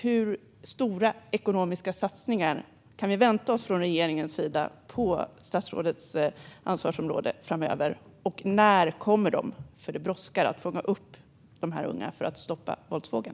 Hur stora ekonomiska satsningar kan vi vänta oss från regeringen på statsrådets ansvarsområde framöver? Och när kommer de? Det brådskar att fånga upp de här unga om vi ska stoppa våldsvågen.